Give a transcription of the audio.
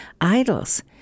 idols